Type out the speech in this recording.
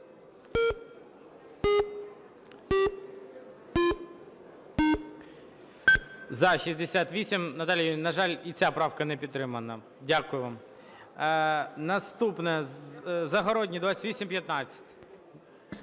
Наталія, на жаль, і ця правка не підтримана. Дякую вам. Наступна. Загородній, 2815.